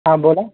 हां बोला